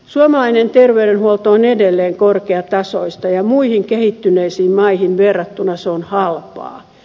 suomalainen terveydenhuolto on edelleen korkeatasoista ja muihin kehittyneisiin maihin verrattuna se on halpaa